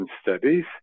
studies